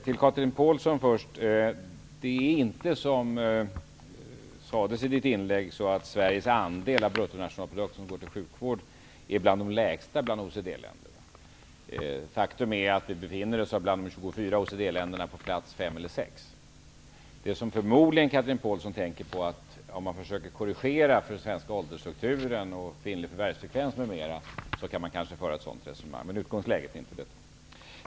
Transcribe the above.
Det är inte så, som Chatrine Pålsson sade i sitt inlägg, att Sveriges andel av bruttonationalprodukten som går till sjukvården är en av de lägsta bland OECD-länderna. Faktum är att vi befinner oss bland de 24 OECD-länderna på plats fem eller sex. Det som förmodligen Chatrine Pålsson tänker på är att om man försöker korrigera för den svenska åldersstrukturen, kvinnlig förvärvsfrekvens m.m., kan man kanske föra ett sådant resonemang som hon gör, men utgångsläget är inte detta.